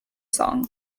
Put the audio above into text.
song